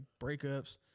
breakups